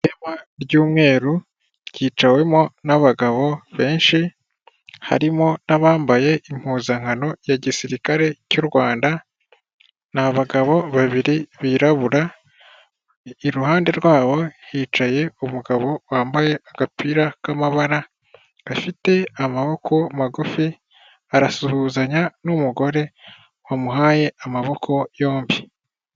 Ibara ry'umweru ryicawemo n'abagabo benshi harimo n'abambaye impuzankano ya gisirikare cy'u Rwanda n'abagabo babiri birabura iruhande rwabo hicaye umugabo wambaye agapira k'amabara afite amaboko magufi arasuhuzanya n'umugore wamuhaye amaboko yombi.